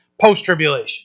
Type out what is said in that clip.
post-tribulation